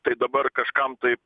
tai dabar kažkam taip